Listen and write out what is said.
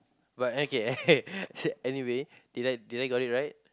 but okay anyway did I did I got it right